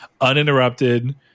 uninterrupted